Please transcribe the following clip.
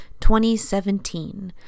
2017